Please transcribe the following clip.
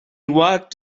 walked